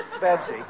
Betsy